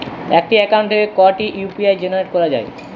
একটি অ্যাকাউন্ট থেকে কটি ইউ.পি.আই জেনারেট করা যায়?